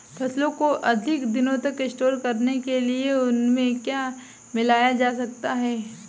फसलों को अधिक दिनों तक स्टोर करने के लिए उनमें क्या मिलाया जा सकता है?